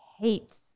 hates